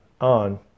on